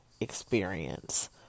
experience